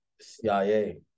CIA